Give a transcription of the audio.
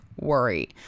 worry